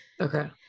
Okay